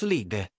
League